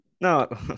No